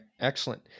Excellent